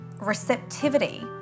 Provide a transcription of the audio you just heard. receptivity